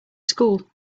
school